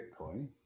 Bitcoin